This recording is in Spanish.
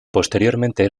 posteriormente